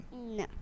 No